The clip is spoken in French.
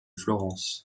florence